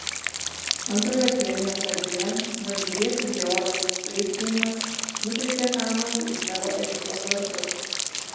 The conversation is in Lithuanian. antrojo kėlinio pradžioje žalgirietis georgas freidgeimas nukreipė kamuolį į savo ekipos vartus